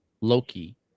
Loki